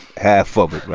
half of it, right?